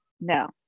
No